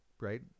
right